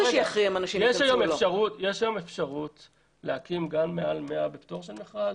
יש היום אפשרות להקים גם מעל 100 בפטור של מכרז.